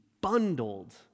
bundled